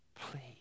Please